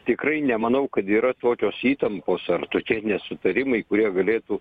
tikrai nemanau kad yra tokios įtampos ar tokie nesutarimai kurie galėtų